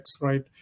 right